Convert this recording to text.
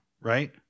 right